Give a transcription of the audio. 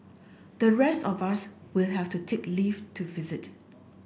the rest of us will have to take leave to visit